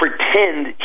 Pretend